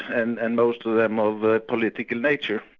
and and most of them of a political nature.